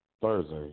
Thursday